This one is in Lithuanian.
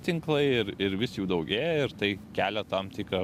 tinklai ir ir vis jų daugėja ir tai kelia tam tikrą